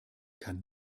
kann